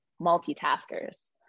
multitaskers